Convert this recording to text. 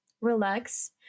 relax